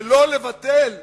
ולא לבטל כתבי-אישום,